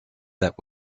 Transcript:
that